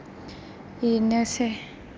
बेनोसै